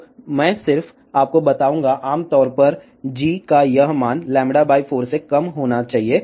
तो मैं सिर्फ आपको बताऊंगा आम तौर पर g का यह मान λ 4 से कम होना चाहिए